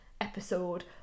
episode